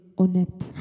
honnête